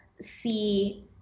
see